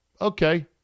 okay